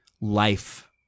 life